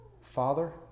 father